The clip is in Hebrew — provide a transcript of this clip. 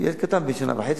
ילד קטן בן שנה וחצי,